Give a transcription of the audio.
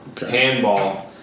handball